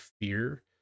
fear